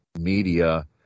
media